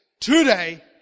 today